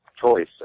choice